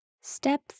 Step